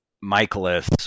Michaelis